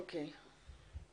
אוקיי.